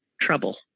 trouble